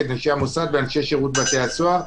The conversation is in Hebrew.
את אנשי המוסד ואנשי שירות בתי הסוהר.